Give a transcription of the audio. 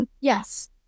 Yes